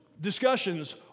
discussions